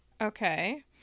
Okay